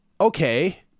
okay